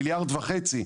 מיליארד וחצי.